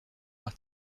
nach